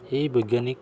এই বৈজ্ঞানিক